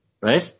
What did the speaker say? right